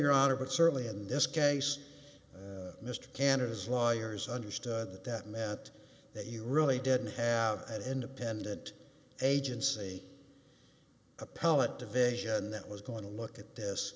your honor but certainly in this case mr cantor's lawyers understood that that meant that you really didn't have an independent agency appellate division that was going to look at